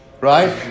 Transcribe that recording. right